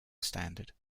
standard